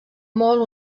molt